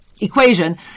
equation